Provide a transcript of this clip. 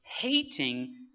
hating